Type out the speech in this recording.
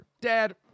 Dad